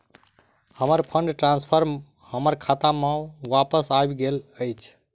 हमर fund transfer हमर खाता मे बापस आबि गइल अछि